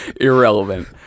irrelevant